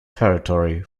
territory